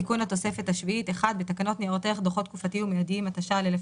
תיקון התוספת השביעית בתקנות ניירות ערך (דוחות תקופתיים ומידיים),